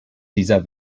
dieser